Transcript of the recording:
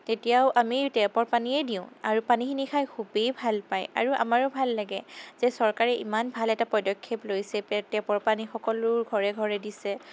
তেতিয়াও আমি টেপৰ পানীয়েই দিওঁ আৰু পানীখিনি খাই খুবেই ভালপায় আৰু আমাৰো ভাললাগে যে চৰকাৰে ইমান ভাল এটা পদক্ষেপ লৈছে টেপৰ পানী সকলোৰে ঘৰে ঘৰে দিছে